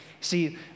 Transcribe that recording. See